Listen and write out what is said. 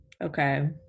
okay